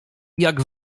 jak